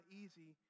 easy